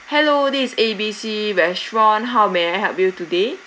hello this is A B C restaurant how may I help you today